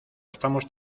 estamos